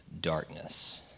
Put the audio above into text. darkness